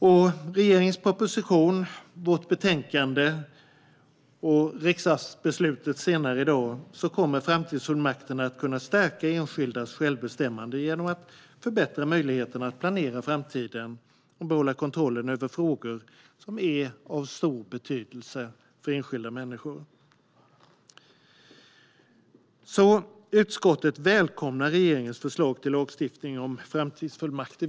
Enligt regeringens proposition, vårt betänkande och riksdagens beslut senare i dag kommer framtidsfullmakter att kunna stärka enskildas självbestämmande genom att förbättra möjligheterna att planera framtiden och behålla kontrollen över frågor som är av stor betydelse för enskilda människor. Utskottet välkomnar regeringens förslag till lagstiftning om framtidsfullmakter.